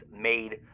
made